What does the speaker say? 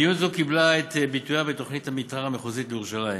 מדיניות זו קיבלה את ביטויה בתוכנית המתאר המחוזית לירושלים,